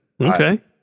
Okay